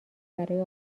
برای